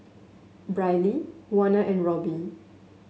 Briley Warner and Robbie